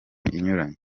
inyuranye